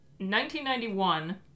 1991